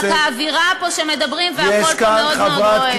רק האווירה פה שמדברים והכול פה מאוד מאוד רועש.